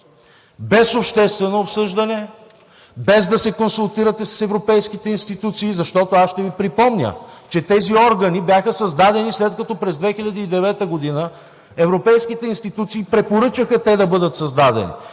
без обществено обсъждане, без да се консултирате с европейските институции, защото аз ще Ви припомня, че тези органи бяха създадени след като през 2009 г. европейските институции препоръчаха те да бъдат създадени.